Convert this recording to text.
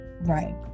right